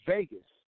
Vegas